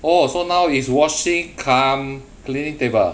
oh so now is washing cum cleaning table ah